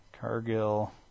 Cargill